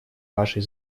вашей